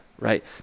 right